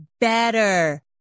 better